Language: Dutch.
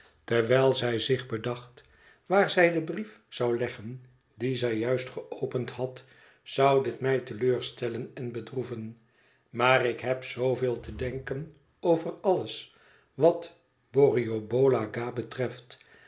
terwijl zij zich bedacht waar zij den brief zou leggen dien zij juist geopend had zou dit mij te leur stellen en bedroeven maar ik heb zooveel te denken over alles wat borrioboola gha betreft